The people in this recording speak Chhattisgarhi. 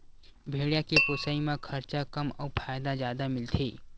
भेड़िया के पोसई म खरचा कम अउ फायदा जादा मिलथे